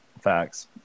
Facts